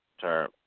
term